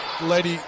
Lady